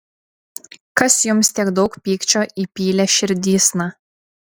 kas jums tiek daug pykčio įpylė širdysna